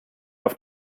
auf